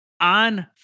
on